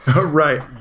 Right